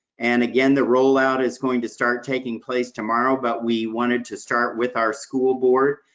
and again, the roll out is going to start taking place tomorrow but we wanted to start with our school board.